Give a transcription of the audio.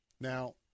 Now